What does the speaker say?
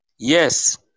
Yes